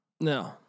No